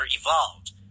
evolved